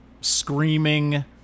screaming